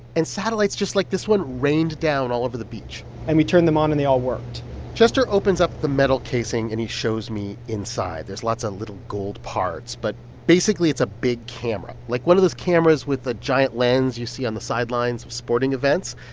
and satellites just like this one rained down all over the beach and we turned them on, and they all worked chester opens the metal casing, and he shows me inside. there's lots of little gold parts, but basically it's a big camera, like one of those cameras with a giant lens you see on the sidelines of sporting events.